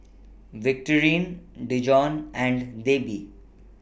Victorine Dijon and Debi